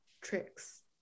tricks